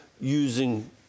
using